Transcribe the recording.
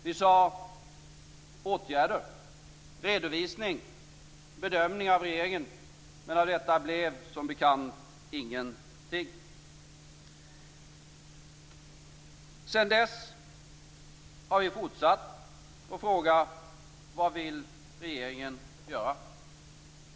Vi sade: Åtgärder, redovisning och bedömning av regeringen. Men av detta blev som bekant ingenting. Sedan dess har vi fortsatt att fråga: Vad vill regeringen göra?